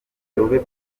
rube